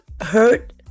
hurt